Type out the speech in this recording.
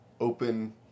open